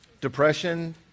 Depression